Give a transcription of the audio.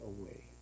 away